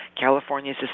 California's